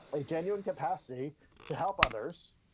a genuine capacity to help others,